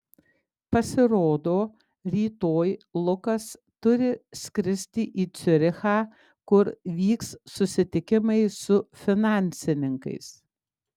pasirodo rytoj lukas turi skristi į ciurichą kur vyks susitikimai su finansininkais